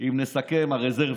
אם נסכם, "הרזרבי",